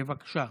בבקשה.